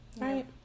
right